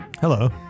Hello